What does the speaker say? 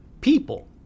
people